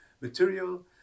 material